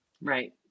Right